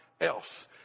else